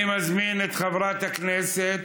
אני מזמין את חברת הכנסת